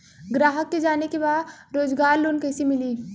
ग्राहक के जाने के बा रोजगार लोन कईसे मिली?